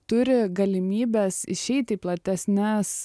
turi galimybes išeit į platesnes